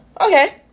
Okay